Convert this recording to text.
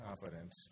confidence